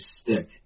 stick